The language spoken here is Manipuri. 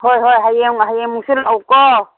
ꯍꯣꯏ ꯍꯣꯏ ꯍꯌꯦꯡ ꯃ ꯍꯌꯦꯡꯃꯨꯛꯁꯨ ꯂꯥꯛꯎꯀꯣ